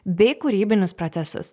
bei kūrybinius procesus